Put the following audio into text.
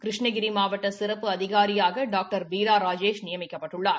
கிருஷ்ணகிரி மவாட்ட சிறப்பு அதிகாரியாக டாக்டர் பீலா ராஜேஷ் நியமிக்கப்பட்டுள்ளார்